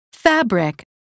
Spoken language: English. Fabric